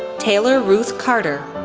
taylor ruth carter,